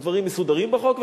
הדברים מסודרים בחוק,